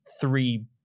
three